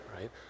Right